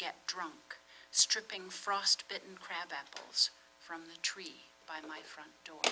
get drunk stripping frostbitten crab apples from the tree by the my front door